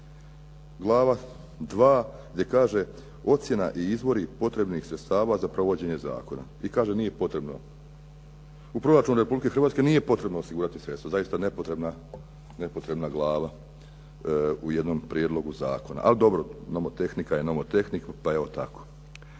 glava II., gdje kaže "ocjena i izvori potrebnih sredstava za provođenje zakona" i kaže nije potrebno. U proračunu Republike Hrvatske nije potrebno osigurati sredstva, zaista nepotrebna glava u jednom prijedlogu zakona. Ali dobro, nomotehnika je nomotehnika, pa evo tako.